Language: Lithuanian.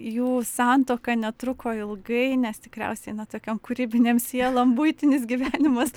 jų santuoka netruko ilgai nes tikriausiai na tokiom kūrybinėm sielom buitinis gyvenimas